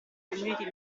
community